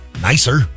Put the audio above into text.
nicer